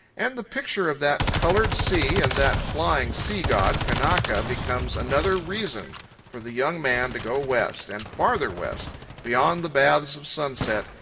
and the picture of that coloured sea and that flying sea-god kanaka becomes another reason for the young man to go west, and farther west, beyond the baths of sunset,